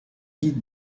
guides